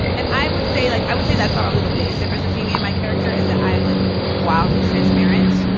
and i would say, like i would say that's probably the biggest difference between me and my character is that i am, like, wildly transparent.